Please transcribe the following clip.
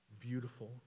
beautiful